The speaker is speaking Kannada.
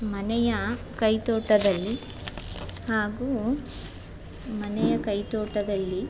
ಮನೆಯ ಕೈತೋಟದಲ್ಲಿ ಹಾಗು ಮನೆಯ ಕೈತೋಟದಲ್ಲಿ